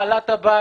בעלת הבית,